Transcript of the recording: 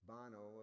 Bono